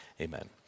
amen